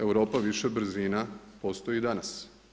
Europa više brzina postoji i danas.